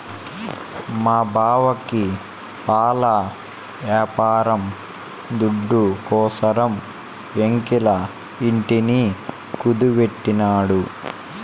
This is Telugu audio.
మా బావకి పాల యాపారం దుడ్డుకోసరం బాంకీల ఇంటిని కుదువెట్టినాడు